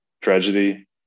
tragedy